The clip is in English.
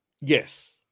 Yes